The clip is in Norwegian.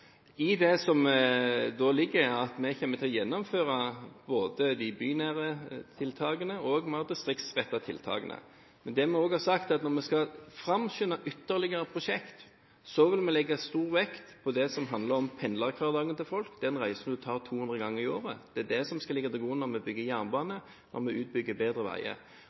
Vi kommer til å gjennomføre det som ligger i de bynære tiltakene, og vi har distriktsrettet tiltakene. Vi har også sagt at når vi skal ytterligere framskynde prosjekter, vil vi legge stor vekt på det som handler om pendlerhverdagen til folk – den reisen man tar 200 ganger i året. Det er det som skal ligge til grunn når vi bygger jernbane, og når vi bygger bedre veier.